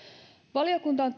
valiokunta on